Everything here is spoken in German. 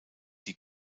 die